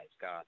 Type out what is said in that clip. god